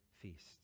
feasts